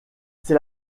c’est